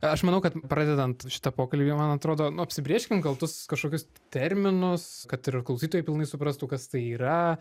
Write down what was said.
aš manau kad pradedant šitą pokalbį man atrodo nu apsibrėžkim gal tuos kažkokius terminus kad ir klausytojai pilnai suprastų kas tai yra